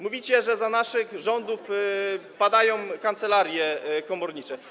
Mówicie, że za naszych rządów padają kancelarie komornicze.